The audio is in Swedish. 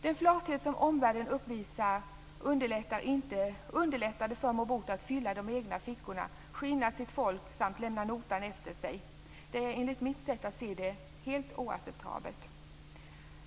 Den flathet som omvärlden uppvisar, underlättade för Mobutu att fylla de egna fickorna, skinna sitt folk samt lämna notan efter sig. Det är enligt mitt sätt att se helt oacceptabelt.